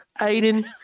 Aiden